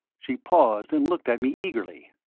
she paused, and looked at me eagerly.